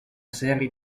serie